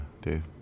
Dave